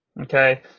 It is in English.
okay